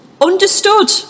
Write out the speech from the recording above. understood